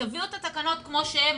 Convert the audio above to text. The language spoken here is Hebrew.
תביאו את התקנות כמו שהן.